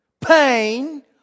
pain